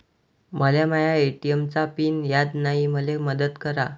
मले माया ए.टी.एम चा पिन याद नायी, मले मदत करा